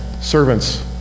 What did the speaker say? servants